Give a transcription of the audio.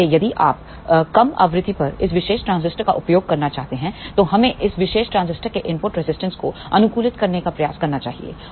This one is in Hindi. इसलिए यदि आप कम आवृत्तियों पर इस विशेष ट्रांजिस्टर का उपयोग करना चाहते हैं तो हमें इस विशेष ट्रांजिस्टर के इनपुट रेजिस्टेंस को अनुकूलित करने का प्रयास करना चाहिए